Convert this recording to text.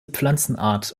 pflanzenart